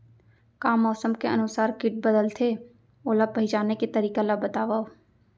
का मौसम के अनुसार किट बदलथे, ओला पहिचाने के तरीका ला बतावव?